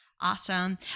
Awesome